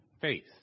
faith